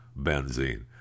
benzene